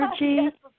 energy